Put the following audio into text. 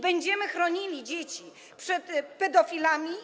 Będziemy chronili dzieci przed pedofilami.